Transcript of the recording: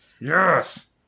Yes